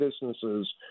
businesses